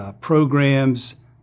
programs